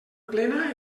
plena